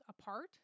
apart